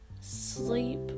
sleep